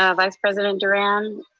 ah vice president durand.